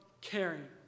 caring